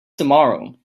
tomorrow